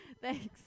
Thanks